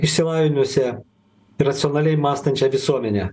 išsilavinusią racionaliai mąstančią visuomenę